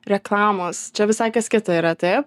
reklamos čia visai kas kita yra taip